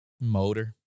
motor